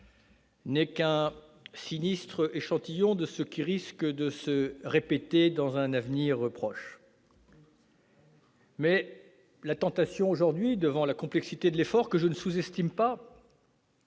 n'est qu'un sinistre échantillon de ce qui risque de se répéter dans un avenir proche. La tentation, face à la complexité de l'effort, que je ne sous-estime pas,